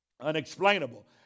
Unexplainable